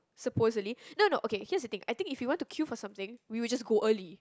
supposedly no no okay here's the thing I think if you want to queue for something we would just go early